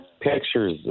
pictures